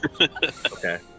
Okay